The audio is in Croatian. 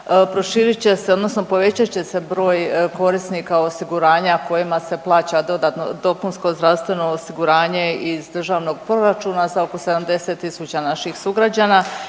proširit će se, odnosno povećat će se broj korisnika osiguranja kojima se plaća dodatno dopunsko zdravstveno osiguranje iz državnog proračuna za oko 70000 naših sugrađana.